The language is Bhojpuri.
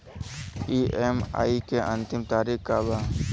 ई.एम.आई के अंतिम तारीख का बा?